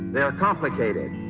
they are complicated.